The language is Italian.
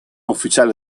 ufficiale